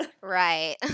Right